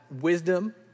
wisdom